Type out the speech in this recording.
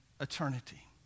eternity